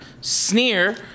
Sneer